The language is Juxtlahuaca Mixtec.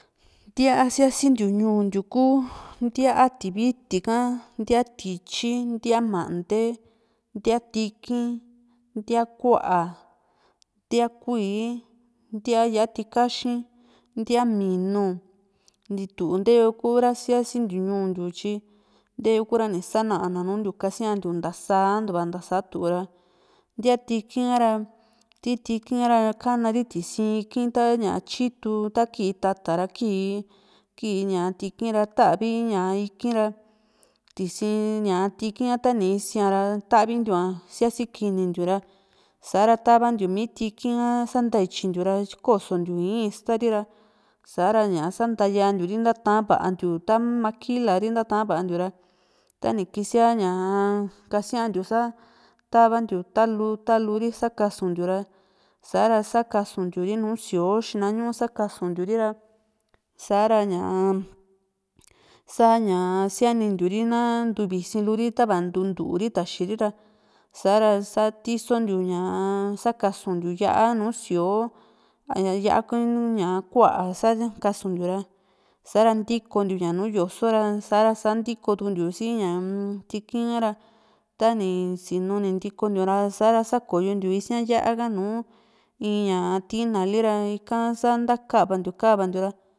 ntía sia´sintiu ñuu ntiu ku ntíaa tiviti ka, ntíaa tityi, ntía mante, ntía tiki´n, ntía ku´a, ntía kuíí, ntía yá´a tikaxi, ntía minu, ntitunteyo ku´ra sia´si ntiu ñuu ntiu tyi nte´yokura ni sana´na nuuntiu kasiantiu ntasantuva nta saa´tu ra ntia tiki´n a´ra ti tiki´na ra kana ri tisi´n iki´n ta tyitu ta ki´i tata ki ki´i tiki´n ra tavi ña iki´n ra tsi ña tiki´n ta ni isia´ra tavintiu sia´si kinintiu ra sa´ra tavantiu ti tiki´n ha santatyintiu ra kósontiu ii´n istari ra sa´ra ña sa´ntaya ntiuri tavantiu ta maquila ri nta va´a ntiu ra tani kisia ñaa kasiantiu a tavantiu ta lu ta lu ri sakasuntiu ra sa´ra sakasuntiu ri nu síoo xina ñu sakasuntiu ri ra sa´ra ña sa´ña sianintiu ri na ntu visilu ri tava ntu´u ntu´ri taxiri ra sa´ra sa tisontiu ña sakasuntiu yá´a nùù síoo ña yá´a ka ku´a sakasuntiu ra sa´ra ntikontiu ña nùù yosó ra sa´ra sa ntikotuntiu si ñaa-m tiki´n a ra tani sinu ni ntikontiu a ra sa´ra sákoyo ntiu isíaa´n ya´a ka nùù in ña tinali ra ika sa nta kavantiu kavantiu ra